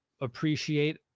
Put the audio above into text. appreciate